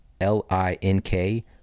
l-i-n-k